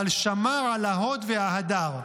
אבל שמר על ההוד וההדר.